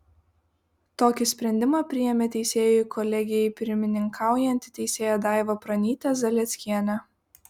tokį sprendimą priėmė teisėjų kolegijai pirmininkaujanti teisėja daiva pranytė zalieckienė